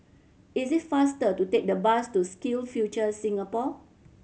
it is faster to take the bus to SkillsFuture Singapore